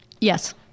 Yes